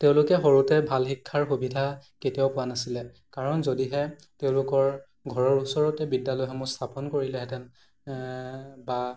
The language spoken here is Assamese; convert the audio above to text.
তেওঁলোকে সৰুতে ভাল শিক্ষাৰ সুবিধা কেতিয়াও পোৱা নাছিলে কাৰণ যদিহে তেওঁলোকৰ ঘৰৰ ওচৰতে বিদ্যালয়সমূহ স্থাপন কৰিলেহেঁতেন বা